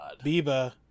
Biba